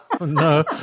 no